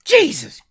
Jesus